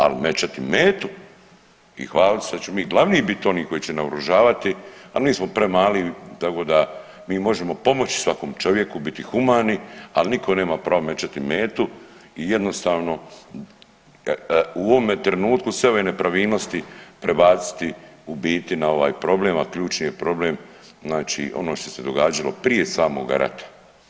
Al mećati metu i hvaliti se da ćemo mi glavni biti oni koji će naoružavati, a mi smo premali, tako da mi možemo pomoći svakom čovjeku, biti humani ali nitko nema pravo mećati metu, i jednostavno u ovome trenutku sve ove nepravilnosti prebaciti u biti na ovaj problem, a ključni je problem znači ono što se događalo prije samoga rata.